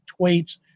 tweets